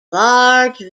large